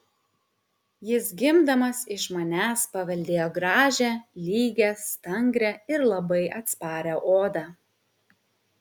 jis gimdamas iš manęs paveldėjo gražią lygią stangrią ir labai atsparią odą